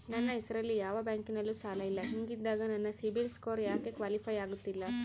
ನನ್ನ ಹೆಸರಲ್ಲಿ ಯಾವ ಬ್ಯಾಂಕಿನಲ್ಲೂ ಸಾಲ ಇಲ್ಲ ಹಿಂಗಿದ್ದಾಗ ನನ್ನ ಸಿಬಿಲ್ ಸ್ಕೋರ್ ಯಾಕೆ ಕ್ವಾಲಿಫೈ ಆಗುತ್ತಿಲ್ಲ?